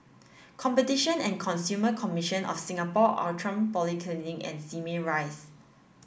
Competition and Consumer Commission of Singapore Outram and Simei Rise